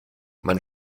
man